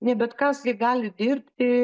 ne bet kas gi gali dirbti